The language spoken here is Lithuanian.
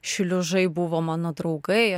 šliužai buvo mano draugai